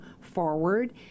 forward